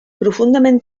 profundament